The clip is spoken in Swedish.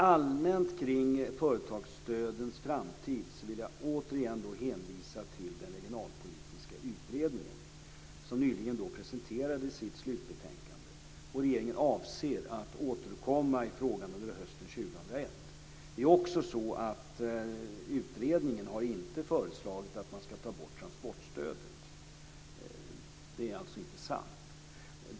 Allmänt kring företagsstödens framtid vill jag återigen hänvisa till den regionalpolitiska utredningen, som nyligen presenterade sitt slutbetänkande. Regeringen avser att återkomma i frågan under hösten 2001. Det är också så att utredningen inte har föreslagit att man ska ta bort transporstödet. Det är inte sant.